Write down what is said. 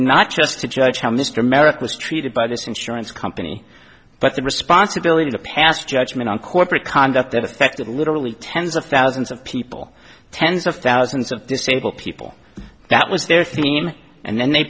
not just to judge how mr merrick was treated by this insurance company but the responsibility to pass judgment on corporate conduct that affected literally tens of thousands of people tens of thousands of disabled people that was their thing and then they